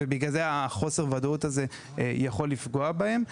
ובגלל זה חוסר הוודאות הזה יכול לפגוע בהם.